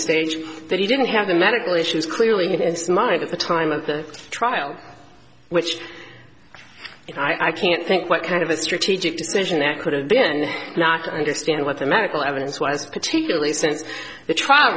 stage that he didn't have the medical issues clearly in its mind at the time of the trial which you know i can't think what kind of a strategic decision it could have been and not understand what the medical evidence was particularly since the trial